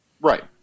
Right